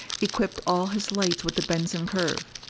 equipped all his lights with the benson curve.